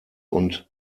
und